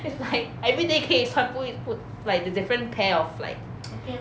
it's like everyday 可以穿不一不 like the different pair of like